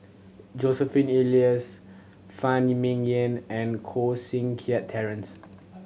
Joseph Elias Phan Ming Yen and Koh Seng Kiat Terence